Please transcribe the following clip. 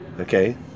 Okay